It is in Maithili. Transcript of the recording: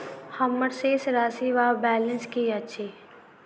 हम्मर शेष राशि वा बैलेंस की अछि?